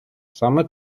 саме